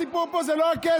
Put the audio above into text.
הסיפור פה זה לא הכסף,